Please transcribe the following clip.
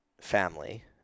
family